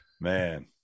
Man